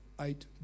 eight